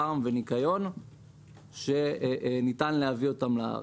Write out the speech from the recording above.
פארם וניקיון שניתן להביא אותם לארץ.